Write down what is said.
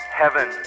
heaven